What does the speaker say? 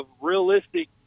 realistic